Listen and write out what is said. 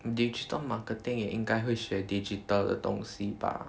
digital marketing 也应该会选 digital 的东西 bah